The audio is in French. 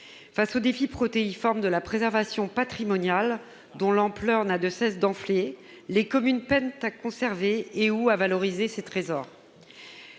Face aux défis protéiformes de la préservation patrimoniale, dont l'ampleur ne cesse d'enfler, les communes peinent à conserver et à valoriser ces trésors.